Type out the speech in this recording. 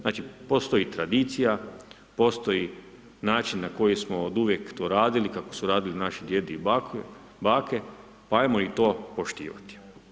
Znači, postoji tradicija, postoji način na koji smo oduvijek to radili kako su radili naši djedovi i bake, pa hajmo i to poštivati.